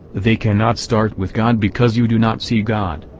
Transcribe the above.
they cannot start with god because you do not see god.